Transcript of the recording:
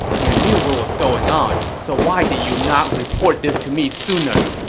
you knew what was going on, so why did you not report this to me sooner?